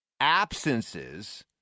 absences